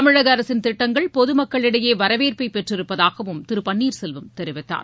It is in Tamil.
தமிழக அரசின் திட்டங்கள் பொதுமக்களிடையே வரவேற்பை பெற்றிருப்பதாகவும் திரு பன்னீர்செல்வம் தெரிவித்தார்